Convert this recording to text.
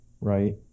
right